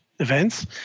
events